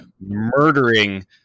murdering